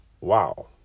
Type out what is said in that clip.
wow